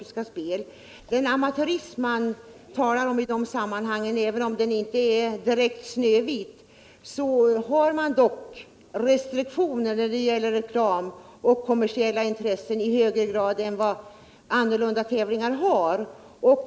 Även om den amatörism som man talar om i det sammanhanget inte är direkt snövit, har man dock när det gäller reklam och kommersiella intressen flera restriktioner än i andra tävlingar.